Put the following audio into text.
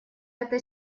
этой